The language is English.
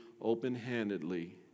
open-handedly